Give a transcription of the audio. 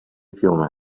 piume